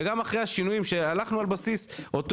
וגם אחרי השינויים שהלכנו על בסיס אותו